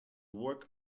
work